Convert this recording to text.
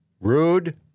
rude